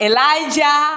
Elijah